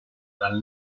dal